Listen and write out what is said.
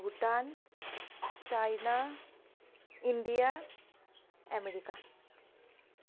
Bhutan China India America